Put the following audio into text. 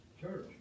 Church